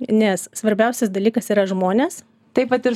nes svarbiausias dalykas yra žmonės taip pat ir